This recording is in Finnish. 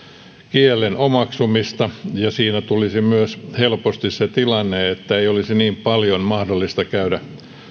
kielen omaksumista ja siinä tulisi myös helposti se tilanne että ei olisi niin paljon mahdollista käydä